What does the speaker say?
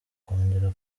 kongera